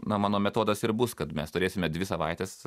na mano metodas ir bus kad mes turėsime dvi savaites